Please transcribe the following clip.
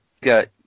Got